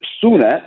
sooner